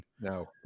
No